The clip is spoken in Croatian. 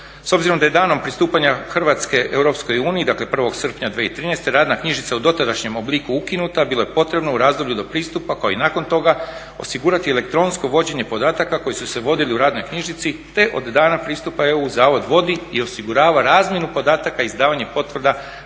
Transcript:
S obzirom da je danom pristupanja Hrvatske EU, dakle 1. srpnja 2013., radna knjižica u dotadašnjem obliku ukinuta bilo je potrebno u razdoblju do pristupa kao i nakon toga osigurati elektronsko vođenje podataka koji su se vodili u radnoj knjižici te od dana pristupa EU zavod vodi i osigurava razmjenu podataka i izdavanje potvrda